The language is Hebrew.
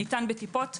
ניתן בטיפות פעמיים,